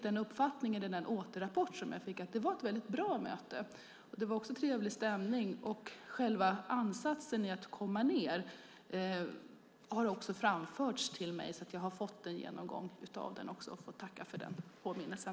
Men enligt den återrapport som jag fick var det ett väldigt bra möte och trevlig stämning. Själva ansatsen att komma ned har också framförts till mig, så jag har fått en genomgång. Jag får tacka för påminnelsen.